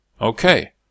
Okay